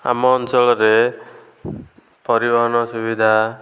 ଆମ ଅଞ୍ଚଳରେ ପରିବହନ ସୁବିଧା